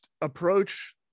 approach